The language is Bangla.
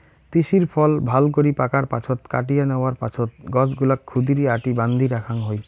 তিসির ফল ভালকরি পাকার পাছত কাটিয়া ন্যাওয়ার পাছত গছগুলাক ক্ষুদিরী আটি বান্ধি রাখাং হই